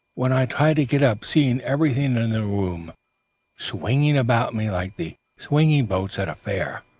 when i tried to get up, seeing everything in the room swinging about me like the swinging boats at a fair.